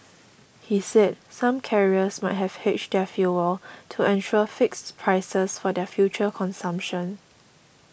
he said some carriers might have hedged their fuel to ensure fixed prices for their future consumption